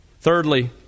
Thirdly